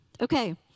Okay